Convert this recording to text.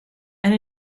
and